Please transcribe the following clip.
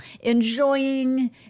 enjoying